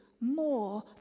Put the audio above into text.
more